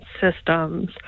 systems